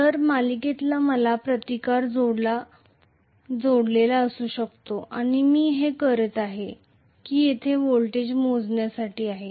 तर सिरीजत मला रेझिस्टन्स जोडलेला असू शकतो आणि मी हे करीत आहे की येथे व्होल्टेज मोजण्यासाठी आहे